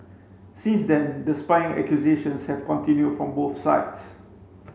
since then the spying accusations have continued from both sides